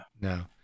No